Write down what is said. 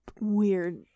weird